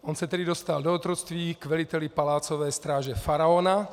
On se dostal do otroctví k veliteli palácové stráže faraona.